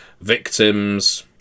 victims